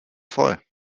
voll